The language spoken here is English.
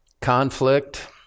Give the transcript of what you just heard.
conflict